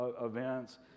events